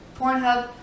Pornhub